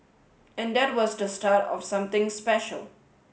and that was the start of something special